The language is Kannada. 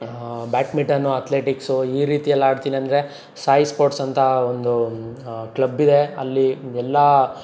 ಬ್ಯಾಟ್ಮಿಟನ್ನು ಅತ್ಲೆಟಿಕ್ಸು ಈ ರೀತಿಯೆಲ್ಲ ಆಡ್ತೀನಿ ಅಂದರೆ ಸಾಯಿ ಸ್ಪೋರ್ಟ್ಸ್ ಅಂತ ಒಂದು ಕ್ಲಬ್ ಇದೆ ಅಲ್ಲಿ ಎಲ್ಲ